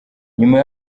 nyuma